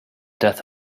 death